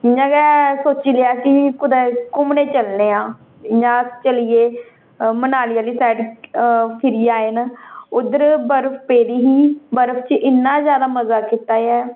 इ'यां गै सोची लैआ कि कुदै घूमने ई चलने आं इ'यां अस चली गे मनाली आह्ली साइड फिरी आए न उद्धर बर्फ पेदी ही बर्फ च इ'न्ना जादा मजा कीता ऐ